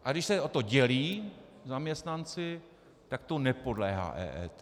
A když se o to dělí zaměstnanci, tak to nepodléhá EET.